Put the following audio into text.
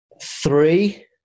three